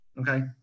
okay